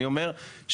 אני אומר,